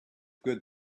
good